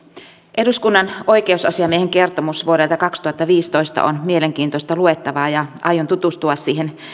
eduskunnan oikeusasiamiehen kertomus vuodelta kaksituhattaviisitoista on mielenkiintoista luettavaa ja aion tutustua siihen